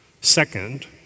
Second